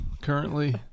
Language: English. currently